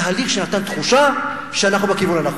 תהליך שנתן תחושה שאנחנו בכיוון הנכון.